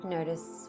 Notice